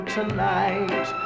tonight